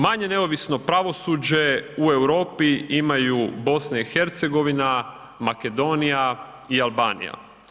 Manje neovisno pravosuđe u Europi imaju BiH, Makedonija i Albanija.